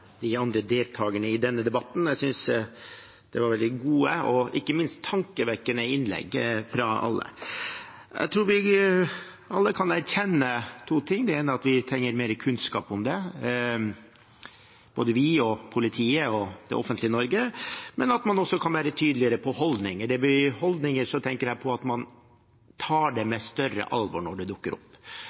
ikke minst tankevekkende innlegg fra alle. Jeg tror vi alle kan erkjenne to ting. Det ene er at vi trenger mer kunnskap om dette – både vi, politiet og det offentlige Norge – men vi kan også være tydeligere på holdninger. Når det gjelder holdninger, tenker jeg at man kan ta det på større alvor når det dukker opp.